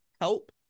help